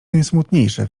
najsmutniejsze